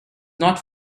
not